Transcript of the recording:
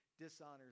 dishonors